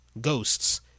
ghosts